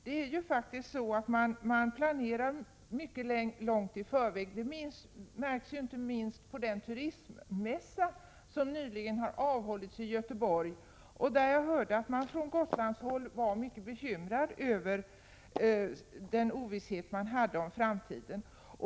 Man planerar faktiskt mycket långt i förväg. Det märktes inte minst på den turismmässa som nyligen har avhållits i Göteborg. Där hörde jag att man från Gotlandshåll var mycket bekymrad över ovissheten om framtiden.